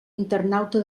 internauta